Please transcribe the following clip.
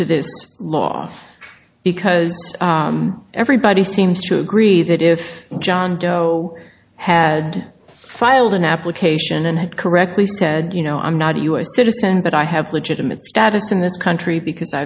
to this law because everybody seems to agree that if john doe had filed an application and it correctly said you know i'm not a u s citizen but i have legitimate status in this country because